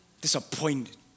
Disappointed